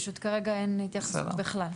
פשוט כרגע אין התייחסות בכלל.